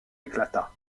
éclata